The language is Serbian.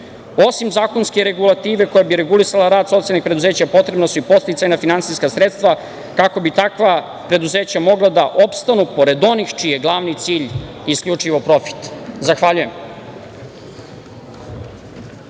Osim zakonske regulative koja bi regulisala rad socijalnih preduzeća, potrebna su i podsticajna finansijska sredstva kako bi takva preduzeća mogla da opstanu pored onih čiji je glavni cilj isključivo profit. Zahvaljujem.